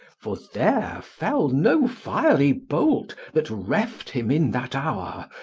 for there fell no fiery bold that reft him in that hour,